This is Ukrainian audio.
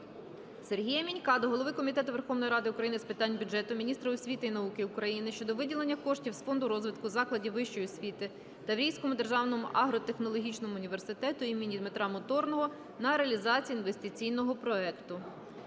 Сергія Мінька до голови Комітету Верховної Ради України з питань бюджету, міністра освіти і науки України щодо виділення коштів з Фонду розвитку закладів вищої освіти Таврійському державному агротехнологічному університету імені Дмитра Моторного на реалізацію інвестиційного проекту.